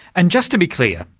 and just to be clear,